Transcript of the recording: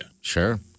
Sure